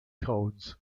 codes